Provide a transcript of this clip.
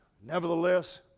nevertheless